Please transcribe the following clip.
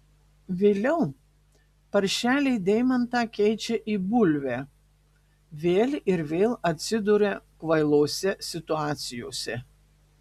vėliau paršeliai deimantą keičia į bulvę vėl ir vėl atsiduria kvailose situacijose